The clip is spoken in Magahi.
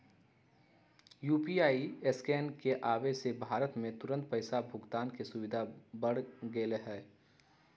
यू.पी.आई स्कैन के आवे से भारत में तुरंत पैसा भुगतान के सुविधा बढ़ गैले है